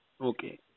okay